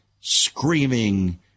screaming